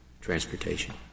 transportation